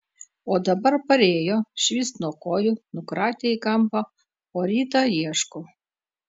o dabar parėjo švyst nuo kojų nukratė į kampą o rytą ieško